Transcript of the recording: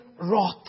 wrath